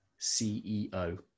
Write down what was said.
CEO